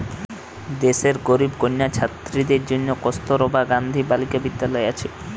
দেশের গরিব কন্যা ছাত্রীদের জন্যে কস্তুরবা গান্ধী বালিকা বিদ্যালয় আছে